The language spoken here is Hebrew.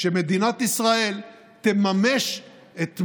עם מפלגות תומכות טרור.